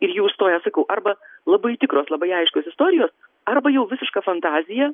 ir jį užstoja sakau arba labai tikros labai aiškios istorijos arba jau visiška fantazija